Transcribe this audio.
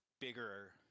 bigger